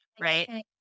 Right